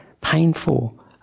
painful